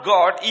God